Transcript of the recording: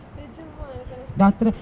நிஜமா எனக்கு அத:nijama enakku atha